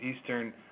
Eastern